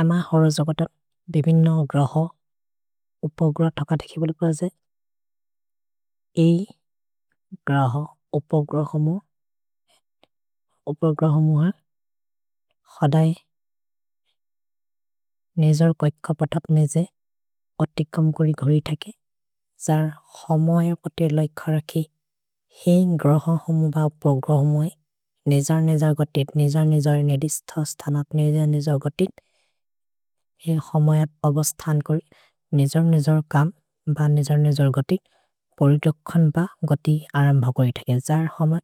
अम हरो जगत बेबिन्नो ग्रहो उपग्र थक धेखे बोलिकुअ जे एइ ग्रहो उपग्र होमो उपग्र होमो हर् खदै नेजर् को एक पतप् नेजे अतिक् कम् गोरि घोरि थके जर् होमो ए ओकते लै खर कि हेइ ग्रहो होमो ब उपग्र होमो ए नेजर् नेजर् गतित्, नेजर् नेजर् नेदिस्थ स्थनत् नेजर् नेजर् गतित् हेइ हमयत् पग स्थन् कोरि नेजर् नेजर् कम् ब नेजर् नेजर् गतित् परितखन् ब गतित् अरम् भगोइ थके जर् होमो